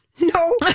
No